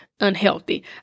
unhealthy